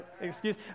Excuse